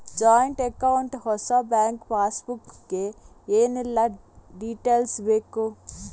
Joint account ಹೊಸ bank passbook ಗೆ ಏನೆಲ್ಲ ಡೀಟೇಲ್ಸ್ ಬೇಕು?